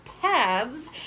paths